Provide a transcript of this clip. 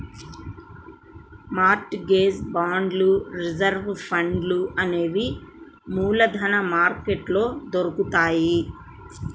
mart gauge బాండ్లు reserve ఫండ్లు అనేవి మూలధన మార్కెట్లో దొరుకుతాయ్